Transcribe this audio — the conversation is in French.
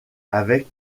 avec